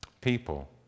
people